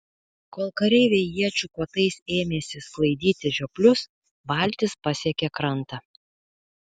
kol kareiviai iečių kotais ėmėsi sklaidyti žioplius valtis pasiekė krantą